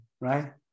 right